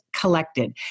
Collected